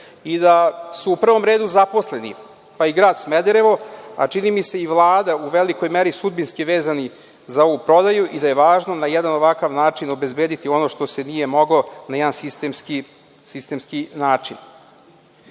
i da su u prvom redu zaposleni, pa i grad Smederevo, a čini mi se i Vlada u velikoj meri sudbinski vezana za ovu prodaju i da je važno na jedan ovakav način obezbediti ono što se nije moglo na jedan sistemski način. Uz